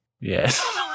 Yes